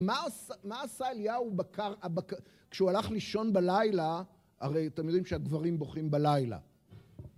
מה עשה אליהו כשהוא הלך לישון בלילה, הרי אתם יודעים שהגברים בוכים בלילה.